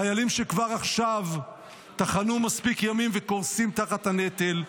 חיילים שכבר עכשיו טחנו מספיק ימים וקורסים תחת הנטל,